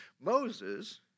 Moses